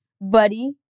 Buddy